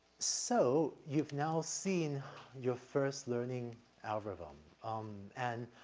so you've now seen your first learning algorithm, um, and,